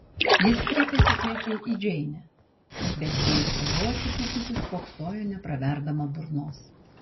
jis kreipėsi tiesiai į džeinę bet ji ir toliau atsitūpusi spoksojo nepraverdama burnos